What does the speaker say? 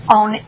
on